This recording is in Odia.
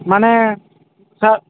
ମାନେ ସାର୍